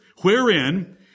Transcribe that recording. wherein